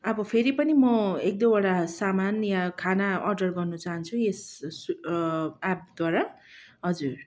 अब फेरि पनि म एकदुईवटा सामान या खाना अर्डर गर्न चाहन्छु यस एपद्वारा हजुर